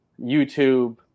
YouTube